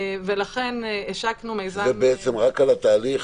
ולכן השקנו מיזם --- זה רק על התהליך